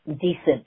decent